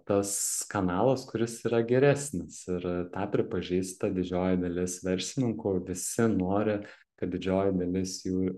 tas kanalas kuris yra geresnis ir tą pripažįsta didžioji dalis verslininkų visi nori kad didžioji dalis jų